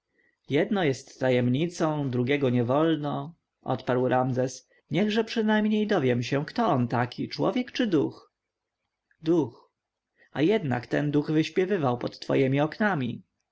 jedno jest tajemnicą drugiego nie wolno odparł ramzes niechże przynajmniej dowiem się kto on taki człowiek czy duch duch a jednak ten duch wyśpiewywał pod twojemi oknami